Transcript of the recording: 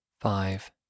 five